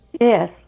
Yes